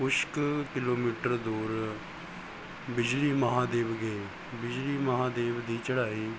ਕੁਛ ਕ ਕਿਲੋਮੀਟਰ ਦੂਰ ਬਿਜਲੀ ਮਹਾਦੇਵ ਗਏ ਬਿਜਲੀ ਮਹਾਦੇਵ ਦੀ ਚੜਾਈ